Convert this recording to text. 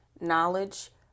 knowledge